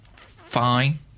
fine